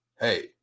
Hey